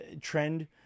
trend